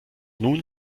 nun